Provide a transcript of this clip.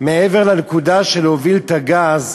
מעבר לנקודה של הובלת הגז,